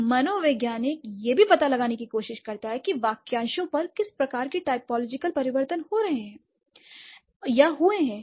एक मानवविज्ञानी यह भी पता लगाने की कोशिश करता है कि वाक्यांशों पर किस प्रकार के टाइपोलॉजिकल परिवर्तन हुए हैं